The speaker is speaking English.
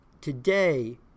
today